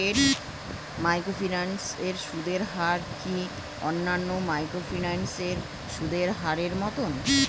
স্কেট microfinance এর সুদের হার কি অন্যান্য মাইক্রোফিন্যান্স এর সুদের হারের মতন?